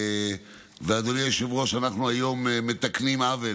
ואדוני היושב-ראש, היום אנחנו מתקנים עוול,